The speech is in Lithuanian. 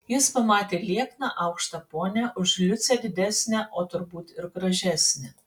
jis pamatė liekną aukštą ponią už liucę didesnę o turbūt ir gražesnę